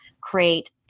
create